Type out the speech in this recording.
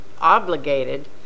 obligated